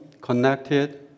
connected